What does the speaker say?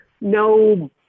no